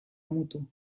mutu